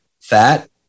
fat